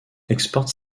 exporte